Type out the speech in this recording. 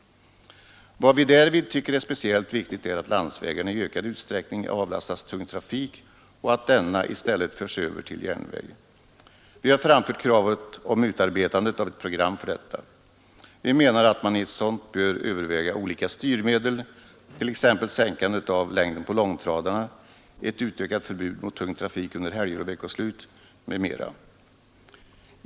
Vad vi därvid tycker är speciellt viktigt är att landsvägarna i ökad utsträckning avlastas tung trafik och att denna i stället förs över till järnväg. Vi har framfört kravet om utarbetandet av ett program för detta. Vi menar att man i ett sådant program bör överväga olika styrmedel, t.ex. en förkortning av längden på långtradarna, ett utökat förbud mot tung trafik under helger och veckoslut m.m.